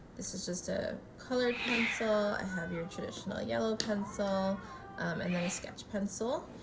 this is just a colored pencil. i have your traditional yellow pencil and then a sketch pencil.